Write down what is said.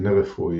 ליבנה רפואי,